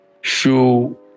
show